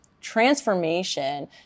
transformation